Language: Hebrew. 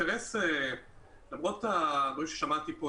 למרות הדברים ששמעתי פה,